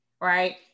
right